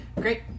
great